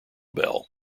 bell